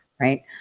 right